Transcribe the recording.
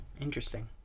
Interesting